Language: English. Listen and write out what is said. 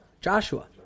Joshua